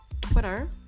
twitter